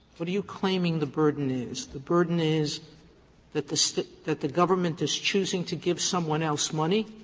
what are you claiming the burden is? the burden is that the so that the government is choosing to give someone else money?